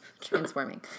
transforming